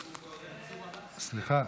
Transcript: החליפו, סליחה.